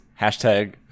Hashtag